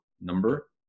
number